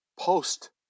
Post